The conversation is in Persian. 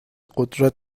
قدرت